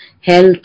health